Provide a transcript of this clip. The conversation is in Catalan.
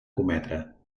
cometre